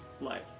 life